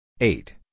eight